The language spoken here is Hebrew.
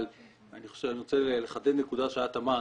אבל אני רוצה לחדד נקודה שאת אמרת,